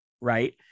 Right